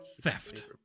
theft